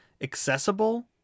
accessible